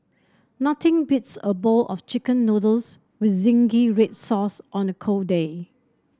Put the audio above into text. nothing beats a bowl of chicken noodles with zingy red sauce on a cold day